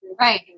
right